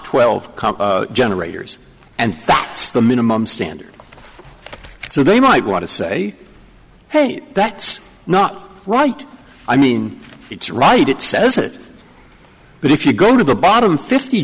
twelve generators and thought the minimum standard so they might want to say hey that's not right i mean it's right it says it but if you go to the bottom fifty